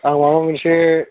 आंनाव एसे